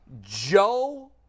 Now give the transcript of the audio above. Joe